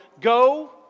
go